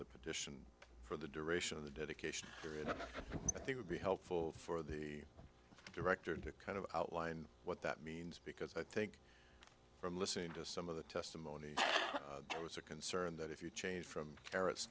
the petition for the duration of the dedication i think would be helpful for the director to kind of outline what that means because i think from listening to some of the testimony there was a concern that if you changed from terrorist